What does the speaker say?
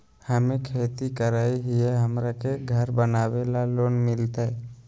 हमे खेती करई हियई, हमरा के घर बनावे ल लोन मिलतई?